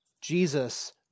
Jesus